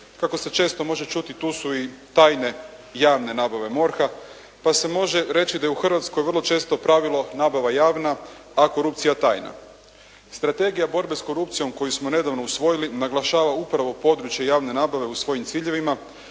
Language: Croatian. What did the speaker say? kako se često može čuti tu su i tajne javne nabave MORH-a, pa se može reći da je u Hrvatskoj vrlo često pravio, nabava javna, a korupcija tajna. Strategija borbe s korupcijom koju smo nedavno usvojili naglašava upravo područje javne nabave u svojim ciljevima,